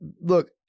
Look